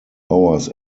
hours